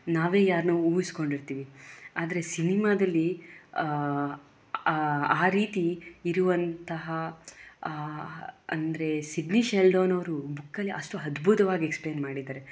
ನಾವೇ ಯಾರನ್ನೋ ಊಹಿಸಿಕೊಂಡಿರ್ತೀವಿ ಆದರೆ ಸಿನಿಮಾದಲ್ಲಿ ಆ ರೀತಿ ಇರುವಂತಹ ಅಂದರೆ ಸಿಡ್ನಿ ಶೆಲ್ಡನ್ ಅವರು ಬುಕ್ಕಲ್ಲಿ ಅಷ್ಟು ಅದ್ಭುತವಾಗಿ ಎಕ್ಸ್ಪ್ಲೇನ್ ಮಾಡಿದ್ದಾರೆ